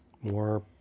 more